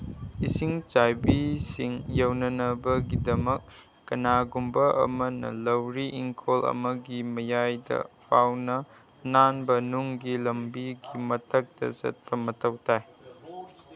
ꯏꯁꯤꯡ ꯆꯥꯏꯕꯤꯁꯤꯡ ꯌꯧꯅꯅꯕꯒꯤꯗꯃꯛ ꯀꯅꯥꯒꯨꯝꯕ ꯑꯃꯅ ꯂꯧꯔꯤ ꯏꯪꯈꯣꯜ ꯑꯃꯒꯤ ꯃꯌꯥꯏꯗ ꯐꯥꯎꯅ ꯑꯅꯥꯟꯕ ꯅꯨꯡꯒꯤ ꯂꯝꯕꯤꯒꯤ ꯃꯊꯛꯇ ꯆꯠꯄ ꯃꯊꯧ ꯇꯥꯏ